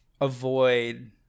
avoid